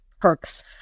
perks